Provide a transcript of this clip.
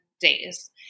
days